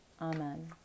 Amen